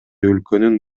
өлкөнүн